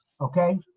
okay